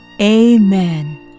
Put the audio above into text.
Amen